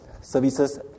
services